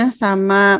sama